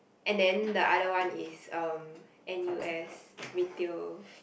and then the other one is um n_u_s retail